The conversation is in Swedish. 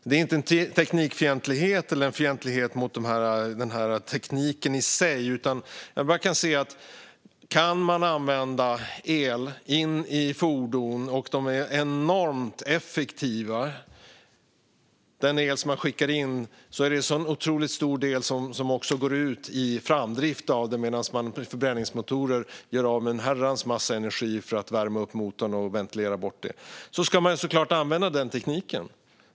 Det är inte en teknikfientlighet eller en fientlighet mot tekniken i sig. Kan man använda el i fordon är de enormt effektiva. Av den el som man skickar in är det en otroligt stor del som också går ut i framdrift av bilen. Med förbränningsmotorer gör man av med en herrans massa energi för att värma upp motorn och ventilera bort värmen. Man ska såklart använda tekniken.